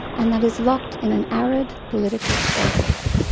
and that is locked in an arid political stasis?